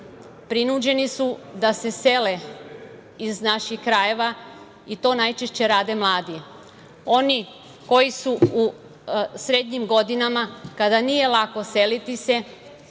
prinuđeni su da se sele iz naših krajeva, i to najčešće rade mladi. Oni koji su u srednjim godinama, kada nije lako seliti se,